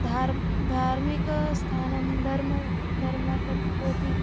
धार्म धार्मिकस्थानं धर्मः धर्मः तत् कोपि